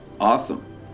awesome